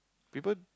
people